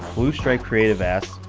blue stripe creative asked,